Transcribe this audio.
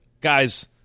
guys